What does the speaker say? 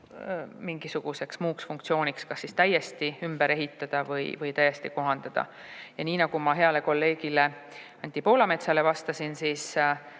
mingisuguseks muuks funktsiooniks kas täiesti ümber ehitada või [põhjalikult] kohandada. Ja nii nagu ma heale kolleegile Anti Poolametsale vastasin, siis